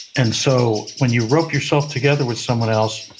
and so when you rope yourself together with someone else,